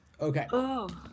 Okay